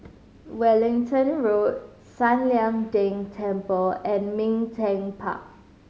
Wellington Road San Lian Deng Temple and Ming Teck Park